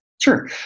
Sure